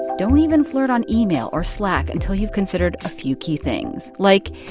don't even flirt on email or slack until you've considered a few key things, like,